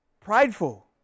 prideful